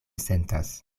sentas